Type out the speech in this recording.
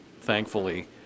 thankfully